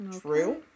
true